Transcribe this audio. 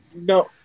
No